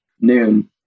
noon